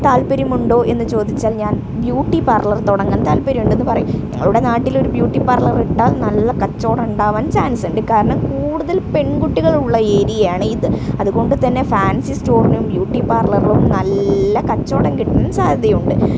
താല്പര്യമുണ്ടോ എന്ന് ചോദിച്ചാൽ ഞാൻ ബ്യൂട്ടീ പാർലർ തുടങ്ങാൻ താൽപര്യമുണ്ടെന്ന് പറയും ഞങ്ങളുടെ നാട്ടിലൊരു ബ്യൂട്ടീപ്പാർളറിട്ടാൽ നല്ല കച്ചവടം ഉണ്ടാകാൻ ചാൻസ്സുണ്ട് കാരണം കൂടുതൽ പെൺകുട്ടികളുള്ള ഏരിയ ആണ് ഇത് അതുകൊണ്ട് തന്നെ ഫാൻസീ സ്റ്റോറിനും ബ്യൂട്ടീ പാർലറിലും നല്ല കച്ചവടം കിട്ടാന് സാധ്യതയുണ്ട്